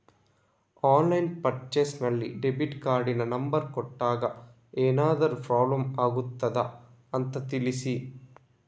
Online purchase ನಲ್ಲಿ debit ಕಾರ್ಡಿನ number ಕೊಟ್ಟಾಗ ಏನಾದರೂ ಪ್ರಾಬ್ಲಮ್ ಆಗುತ್ತದ ಅಂತ ತಿಳಿಸಿ?